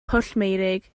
pwllmeurig